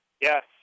Yes